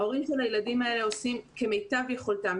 ההורים של הילדים האלה עושים כמיטב יכולתם.